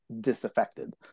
disaffected